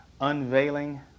unveiling